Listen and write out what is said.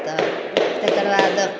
तऽ तकर बाद